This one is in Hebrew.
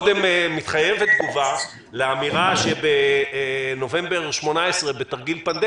מה היא אמור להיות הקשר שלה לאירוע הנוכחי והאם היא כונסה או לא כונס